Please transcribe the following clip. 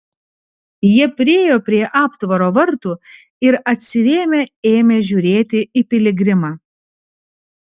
jie priėjo prie aptvaro vartų ir atsirėmę ėmė žiūrėti į piligrimą